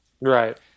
Right